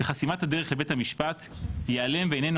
בחסימת הדרך לבית המשפט ייעלם ואיננו